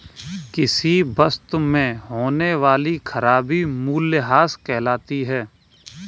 किसी वस्तु में होने वाली खराबी मूल्यह्रास कहलाती है